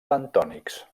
planctònics